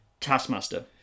Taskmaster